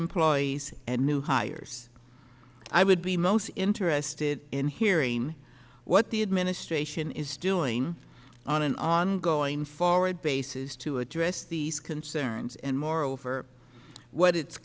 employees and new hires i would be most interested in hearing what the administration is doing on an on going forward basis to address these concerns and moreover what it